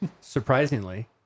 surprisingly